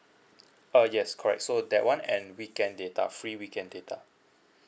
ah yes correct so that one and weekend data free weekend data